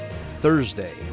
Thursday